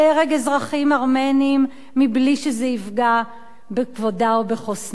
אזרחים טורקים מבלי שזה יפגע בכבודה או בחוסנה.